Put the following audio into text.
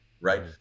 right